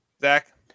Zach